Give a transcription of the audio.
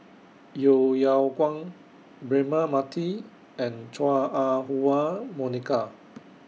Yeo Yeow Kwang Braema Mathi and Chua Ah Huwa Monica